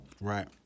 Right